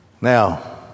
Now